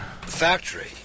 Factory